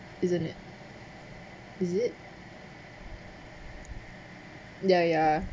isn't it is it ya ya